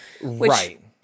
Right